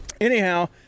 Anyhow